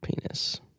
penis